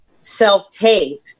self-tape